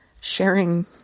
sharing